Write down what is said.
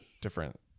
different